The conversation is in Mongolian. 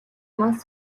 мал